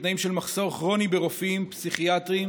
בתנאים של מחסור כרוני ברופאים פסיכיאטריים